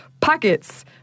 Pockets